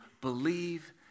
believe